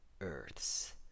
Earths